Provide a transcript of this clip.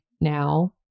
now